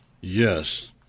Yes